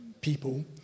people